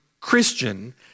Christian